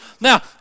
Now